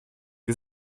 wir